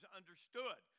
understood